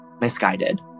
misguided